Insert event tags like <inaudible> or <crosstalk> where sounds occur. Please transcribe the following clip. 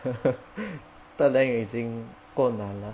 <laughs> third lang 已经够难了